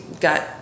got